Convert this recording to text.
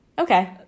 Okay